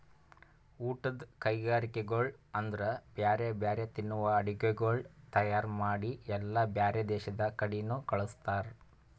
ಊಟದ್ ಕೈಗರಿಕೆಗೊಳ್ ಅಂದುರ್ ಬ್ಯಾರೆ ಬ್ಯಾರೆ ತಿನ್ನುವ ಅಡುಗಿಗೊಳ್ ತೈಯಾರ್ ಮಾಡಿ ಎಲ್ಲಾ ಬ್ಯಾರೆ ದೇಶದ ಕಡಿನು ಕಳುಸ್ತಾರ್